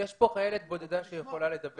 יש כאן חיילת בודדה שיכולה לדבר.